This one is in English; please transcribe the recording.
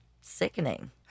sickening